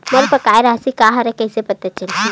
मोर बकाया राशि का हरय कइसे पता चलहि?